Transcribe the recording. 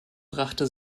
brachte